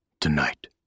tonight